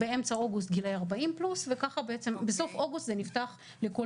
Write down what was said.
באמצע אוגוסט לגילאי 40 פלוס וככה בסוף אוגוסט זה נפתח לכל